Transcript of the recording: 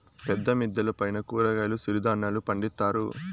పెద్ద మిద్దెల పైన కూరగాయలు సిరుధాన్యాలు పండిత్తారు